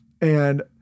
And-